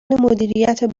مدیریت